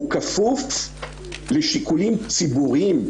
הוא כפוף לשיקולים ציבוריים.